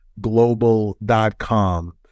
global.com